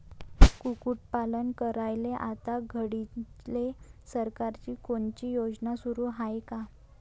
कुक्कुटपालन करायले आता घडीले सरकारची कोनची योजना सुरू हाये का?